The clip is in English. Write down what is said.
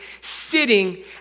sitting